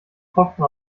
tropfen